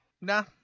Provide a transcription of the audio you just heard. Nah